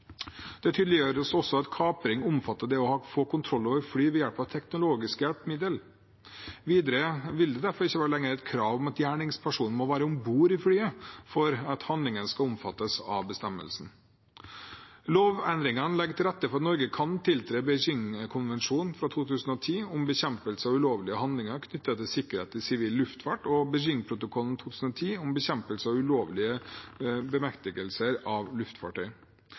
Det tydeliggjøres også at kapring omfatter det å få kontroll over et fly ved hjelp av teknologiske hjelpemidler. Videre vil det derfor ikke lenger være et krav om at gjerningspersonen må være om bord i flyet for at handlingen skal omfattes av bestemmelsen. Lovendringene legger til rette for at Norge kan tiltre Beijingkonvensjonen fra 2010 om bekjempelse av ulovlige handlinger knyttet til sikkerheten i sivil luftfart, og Beijingprotokollen fra 2010 om bekjempelse av ulovlige bemektigelser av luftfartøy.